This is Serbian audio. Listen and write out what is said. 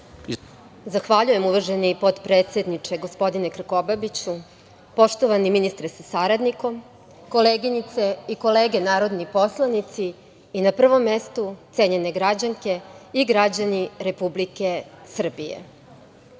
Zahvaljujem, uvaženi potpredsedniče, gospodine Krkobabiću, poštovani ministre sa saradnikom, koleginice i kolege narodni poslanici, i na prvom mestu cenjene građanke i građani Republike Srbije. Pred